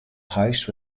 house